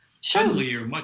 shows